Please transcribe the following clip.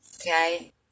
Okay